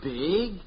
big